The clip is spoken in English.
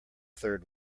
third